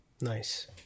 Nice